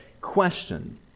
question